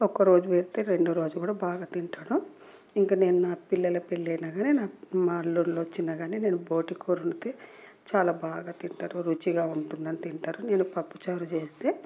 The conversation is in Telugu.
ఒక రోజు మిగిలితే రెండో రోజు కూడా బాగా తింటాడు ఇంకా నేను నా పిల్లలకు పెళ్లయిన కాని నా మా అల్లుళ్ళు వచ్చిన కాని నేను బోటి కూర వండితే చాలా బాగా తింటారు రుచిగా ఉంటుందని తింటారు నేను పప్పుచారు చేస్తే